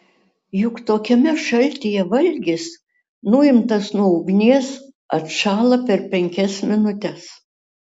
juk tokiame šaltyje valgis nuimtas nuo ugnies atšąla per penkias minutes